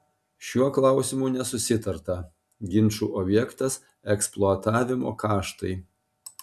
šiuo klausimu nesusitarta ginčų objektas eksploatavimo kaštai